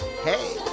Hey